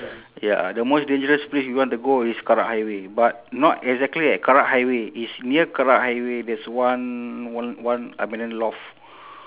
ya the most dangerous place we want to go is karak highway but not exactly at karak highway it's near karak highway there's one one one abandoned loft